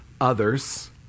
others